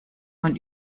man